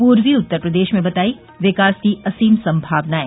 पूर्वी उत्तर प्रदेश में बताई विकास की असीम संभावनाएं